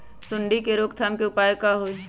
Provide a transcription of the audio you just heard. सूंडी के रोक थाम के उपाय का होई?